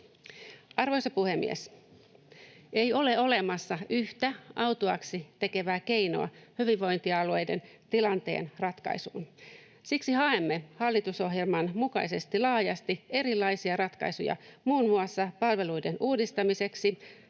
Arvoisa puhemies! Ei ole olemassa yhtä, autuaaksi tekevää keinoa hyvinvointialueiden tilanteen ratkaisuun. Siksi haemme hallitusohjelman mukaisesti laajasti erilaisia ratkaisuja muun muassa palveluiden uudistamiseksi,